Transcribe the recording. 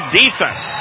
defense